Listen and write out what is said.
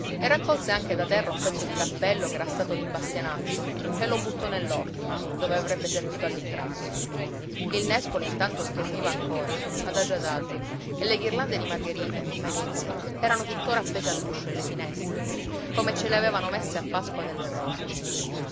e raccolse anche da terra un pezzo di cappello che era stato di bastianazzo e lo buttò nell'orto dove avrebbe servito all'ingrasso il nespolo intanto stormiva ancora adagio adagio e le ghirlande di margherite ormai vizze erano tuttora appese all'uscio e le finestre come ce le avevano messe a pasqua delle rose